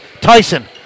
Tyson